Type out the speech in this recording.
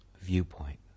viewpoint